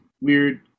weird